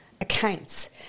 accounts